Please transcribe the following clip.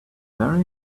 very